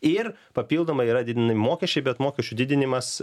ir papildomai yra didinami mokesčiai bet mokesčių didinimas